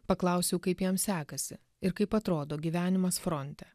paklausiau kaip jam sekasi ir kaip atrodo gyvenimas fronte